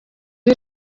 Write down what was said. iyo